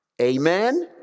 amen